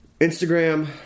Instagram